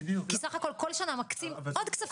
כי סך הכל בכל שנה מקצים עוד כספים למערכת,